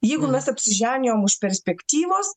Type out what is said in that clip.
jeigu mes apsiženijom už perspektyvos